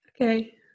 Okay